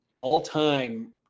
all-time